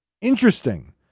Interesting